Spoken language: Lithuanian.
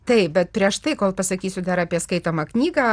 taip bet prieš tai kol pasakysiu dar apie skaitomą knygą